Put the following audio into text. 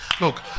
Look